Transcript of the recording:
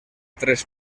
tres